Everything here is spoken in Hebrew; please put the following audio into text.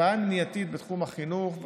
הבעיה היא מניעתית בתחום החינוך,